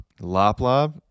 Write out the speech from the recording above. Lop-Lop